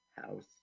House